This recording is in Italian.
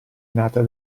nata